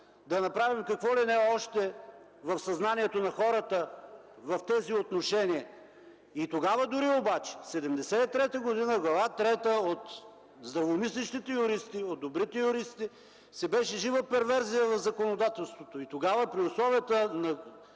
да направим какво ли не още в съзнанието на хората, в тези отношения. Тогава дори – 1973 г., Глава трета от здравомислещите юристи, от добрите юристи си беше жива перверзия в законодателството и тогава при условията на